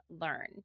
learn